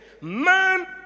Man